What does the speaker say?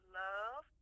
love